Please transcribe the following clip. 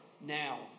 now